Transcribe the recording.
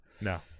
No